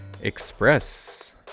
Express